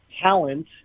talent